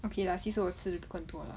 okay lah 其实我吃的跟多 lah